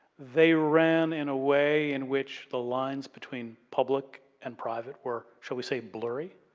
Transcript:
they ran in a way in which the lines between public and private work, shall we say blurry.